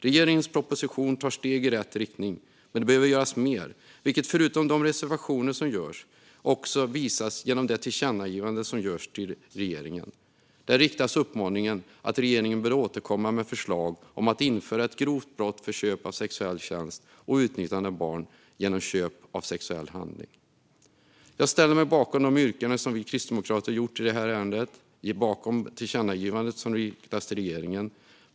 Regeringens proposition tar steg i rätt riktning, men det behöver göras mer, vilket förutom de reservationer som lämnas också visas genom det tillkännagivande till regeringen som föreslås. Där riktas uppmaningen att regeringen bör återkomma med ett förslag om att införa ett grovt brott för köp av sexuell tjänst och utnyttjande av barn genom köp av sexuell handling. Jag ställer mig bakom de yrkanden som vi kristdemokrater gjort i detta ärende samt förslaget till tillkännagivande till regeringen.